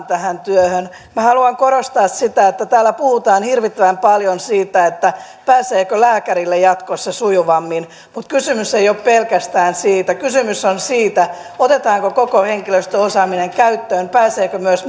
tähän työhön minä haluan korostaa sitä että täällä puhutaan hirvittävän paljon siitä pääseekö lääkärille jatkossa sujuvammin mutta kysymys ei ole pelkästään siitä kysymys on siitä otetaanko koko henkilöstöosaaminen käyttöön pääseekö myös